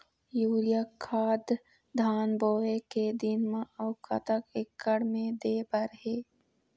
Urea खाद धान बोवे के दिन म अऊ कतक एकड़ मे दे बर हे?